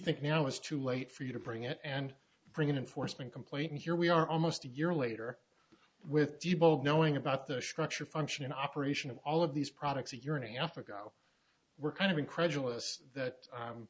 think now it's too late for you to bring it and bring it in force me complaint and here we are almost a year later with the bold knowing about their structure function and operation of all of these products a year and a half ago were kind of incredulous that